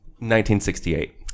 1968